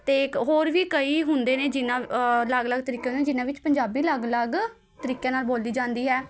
ਅਤੇ ਕ ਹੋਰ ਵੀ ਕਈ ਹੁੰਦੇ ਨੇ ਜਿਨ੍ਹਾਂ ਅਲੱਗ ਅਲੱਗ ਤਰੀਕੇ ਹੁੰਦੇ ਨੇ ਜਿਹਨਾਂ ਵਿੱਚ ਪੰਜਾਬੀ ਅਲੱਗ ਅਲੱਗ ਤਰੀਕਿਆਂ ਨਾਲ ਬੋਲੀ ਜਾਂਦੀ ਹੈ